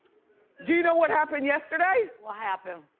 do you know what happened yesterday? what happened?